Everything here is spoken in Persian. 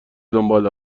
دنبال